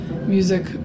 music